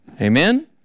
Amen